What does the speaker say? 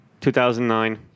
2009